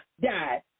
died